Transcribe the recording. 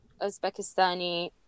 Uzbekistani